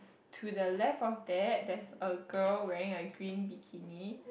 to the left of that there is a girl wearing a green bikini